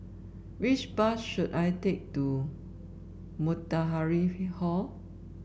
which bus should I take to Matahari he Hall